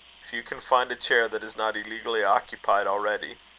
if you can find a chair that is not illegally occupied already.